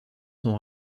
sont